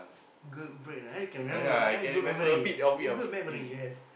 good break right can remember ah good memory you have good memory you have